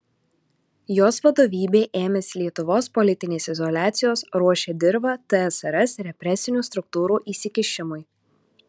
jos vadovybė ėmėsi lietuvos politinės izoliacijos ruošė dirvą tsrs represinių struktūrų įsikišimui